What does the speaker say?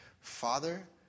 Father